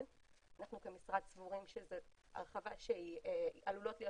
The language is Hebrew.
אנחנו כמשרד סבורים שזו הרבה שעלולות להיות